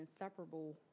inseparable